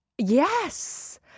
Yes